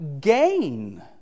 gain